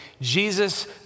Jesus